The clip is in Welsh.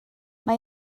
mae